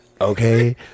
okay